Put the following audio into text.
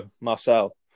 Marcel